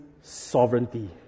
sovereignty